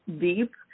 deep